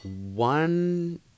one